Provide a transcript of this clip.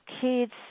kids